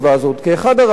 אחד הרעיונות,